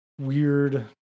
weird